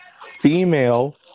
female